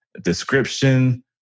description